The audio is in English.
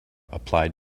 applied